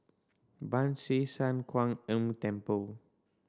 Ban Siew San Kuan Temple